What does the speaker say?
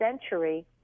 century